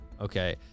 okay